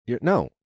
No